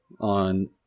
on